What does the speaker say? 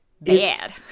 Bad